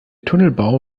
tunnelbau